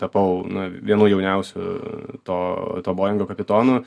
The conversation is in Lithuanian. tapau na vienu jauniausių to to bojingo kapitonu